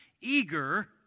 eager